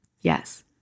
Yes